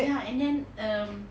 ya and then um